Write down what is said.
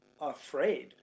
afraid